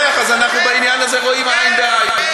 אז אנחנו בעניין הזה רואים עין בעין.